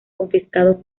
confiscados